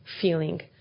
feeling